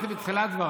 תוסיף לו,